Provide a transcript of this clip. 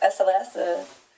SLS